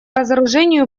разоружению